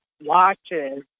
watches